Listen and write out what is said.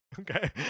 Okay